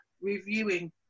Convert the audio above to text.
reviewing